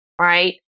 right